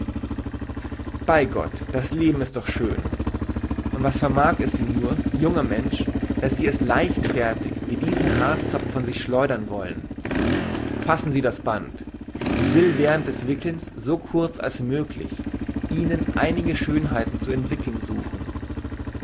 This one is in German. bei gott das leben ist doch schön und was vermag sie nur junger mensch daß sie es leichtfertig wie diesen haarzopf von sich schleudern wollen fassen sie das band ich will während des wickelns so kurz als möglich ihnen einige schönheiten zu entwickeln suchen